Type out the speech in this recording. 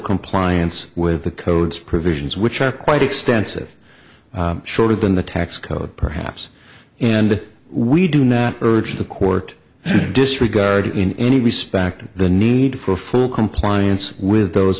compliance with the codes provisions which are quite extensive shorter than the tax code perhaps and we do not urge the court to disregard in any respect the need for full compliance with those